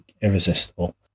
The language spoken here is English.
irresistible